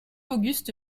auguste